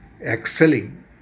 excelling